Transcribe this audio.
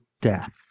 death